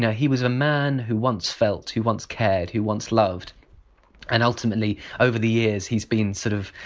yeah he was a man who once felt, who once cared, who once loved and ultimately over the years he's been sort of